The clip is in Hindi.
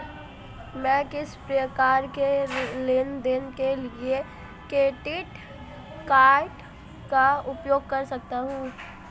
मैं किस प्रकार के लेनदेन के लिए क्रेडिट कार्ड का उपयोग कर सकता हूं?